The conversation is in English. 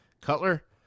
Cutler